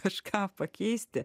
kažką pakeisti